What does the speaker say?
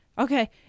Okay